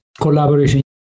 collaboration